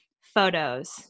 photos